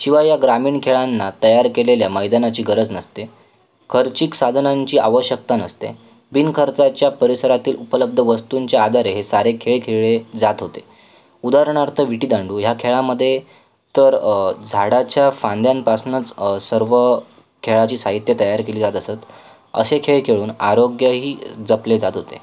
शिवाय या ग्रामीण खेळांना तयार केलेल्या मैदानाची गरज नसते खर्चिक साधनांची आवश्यकता नसते बिनखर्चाच्या परिसरातील उपलब्ध वस्तूंच्या आधारे हे सारे खेळ खेळले जात होते उदाहरणार्थ विटी दांडू ह्या खेळामध्ये तर झाडाच्या फांद्यांपासनंच सर्व खेळाची साहित्य तयार केली जात असत असे खेळ खेळून आरोग्यही जपले जात होते